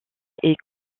est